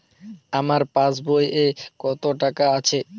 আমার পাসবই এ কত টাকা আছে?